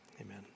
Amen